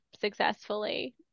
successfully